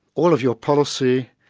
all of your policy,